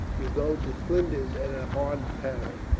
you go to flinders at a hard parry.